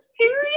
Period